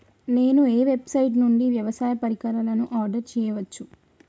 నేను ఏ వెబ్సైట్ నుండి వ్యవసాయ పరికరాలను ఆర్డర్ చేయవచ్చు?